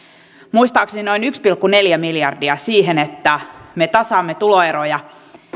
muistaakseni noin yksi pilkku neljä miljardia siihen että me tasaamme tuloeroja